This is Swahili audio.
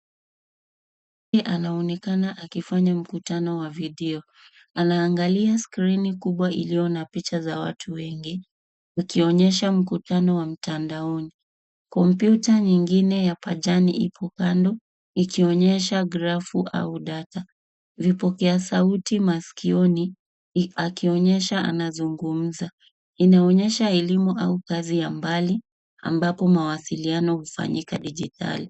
Mtu mmoja anaonekana akifanya mkutano wa video. Anaangalia skrini kubwa inayoonyesha picha za watu wengi, ikionyesha mkutano wa mtandaoni. Kompyuta nyingine ya pajani iko pembeni, ikionyesha grafu au data. Ana kipaza sauti masikioni, kuonyesha kuwa anazungumza. Inaonyesha elimu au kazi ya mbali, kana kwamba kuna mawasiliano yanayoendelea.